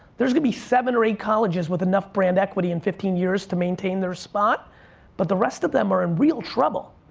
there's gonna be seven or eight colleges with enough brand equity in fifteen years to maintain their spot but the rest of them are in real trouble.